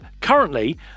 currently